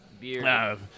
beer